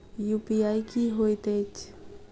UPI की होइत अछि